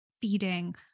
feeding